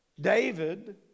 David